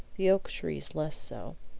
the oak-trees less so